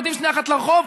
יורדים שנייה אחת לרחוב,